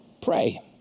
pray